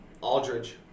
Aldridge